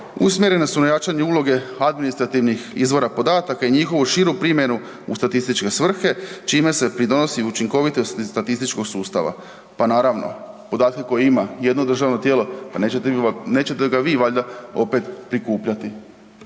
usmjerena su na jačanje uloge administrativnih izvora podataka i njihovu širu primjenu u statističke svrhe, čime se pridonosi učinkovitosti statističkog sustava. Pa naravno, podatke koje ima jedno tijelo, pa nećete ga vi valjda opet prikupljati.